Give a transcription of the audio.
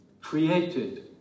created